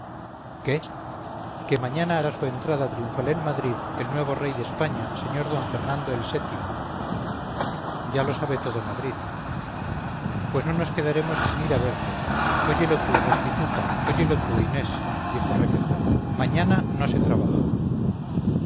qué que mañana hará su entrada triunfal en madrid el nuevo rey de españa sr d fernando el sétimo ya lo sabe hoy todo madrid pues no nos quedaremos sin ir a verle óyelo tú restituta óyelo tú inés dijo requejo mañana no se trabaja